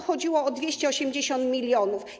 Chodziło o 280 mln.